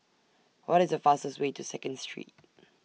What IS The fastest Way to Second Street